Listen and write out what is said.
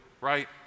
right